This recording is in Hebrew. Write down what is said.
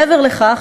מעבר לכך,